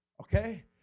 okay